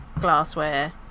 glassware